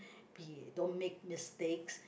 be don't make mistakes